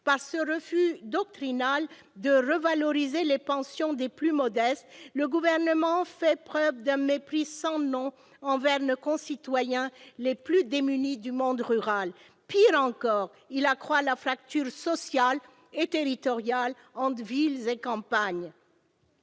Par ce refus doctrinal de revaloriser les pensions des plus modestes, le Gouvernement fait preuve d'un mépris sans nom envers nos concitoyens les plus démunis du monde rural. Pire encore, il accroît la fracture sociale et territoriale entre villes et campagnes.